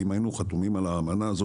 אם היינו חתומים על האמנה הזאת,